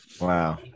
Wow